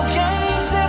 games